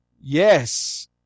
Yes